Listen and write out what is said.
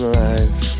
life